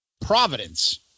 Providence